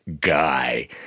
guy